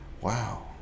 Wow